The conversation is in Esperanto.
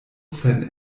sen